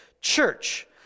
church